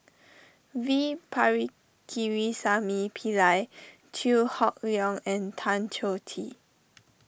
V Pillai Chew Hock Leong and Tan Choh Tee